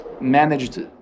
managed